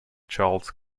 charles